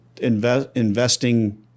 investing